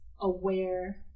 aware